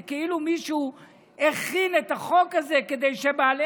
זה כאילו מישהו הכין את החוק הזה כדי שבעלי